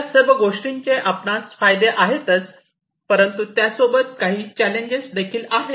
या सर्व गोष्टींचे आपणास फायदे आहेतच परंतु त्यासोबत काही चॅलेंजेस देखील आहे